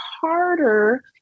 harder